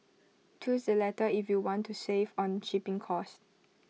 choose the latter if you want to save on shipping cost